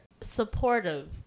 supportive